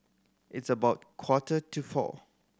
its about quarter to four